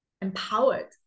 empowered